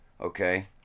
okay